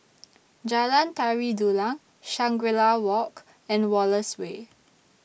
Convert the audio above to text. Jalan Tari Dulang Shangri La Walk and Wallace Way